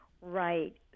Right